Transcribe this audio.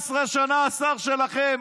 11 שנה השר שלכם,